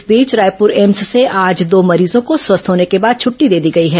इस बीच रायपुर एम्स से आज दो मरीजों को स्वस्थ होने के बाद छटटी दे दी गई है